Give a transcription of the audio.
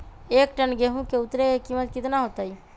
एक टन गेंहू के उतरे के कीमत कितना होतई?